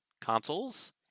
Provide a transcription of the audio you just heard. consoles